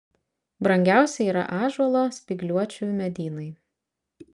brangiausi yra ąžuolo spygliuočių medynai